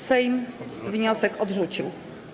Sejm wniosek odrzucił.